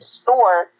store